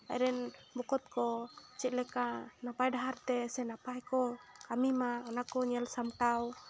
ᱟᱡ ᱨᱮᱱ ᱵᱚᱠᱚᱛ ᱠᱚ ᱪᱮᱫ ᱞᱮᱠᱟ ᱱᱟᱯᱟᱭ ᱰᱟᱦᱟᱨᱛᱮ ᱥᱮ ᱱᱟᱯᱟᱭ ᱠᱚ ᱠᱟᱹᱢᱤ ᱢᱟ ᱚᱱᱟ ᱠᱚ ᱧᱮᱞ ᱥᱟᱢᱴᱟᱣ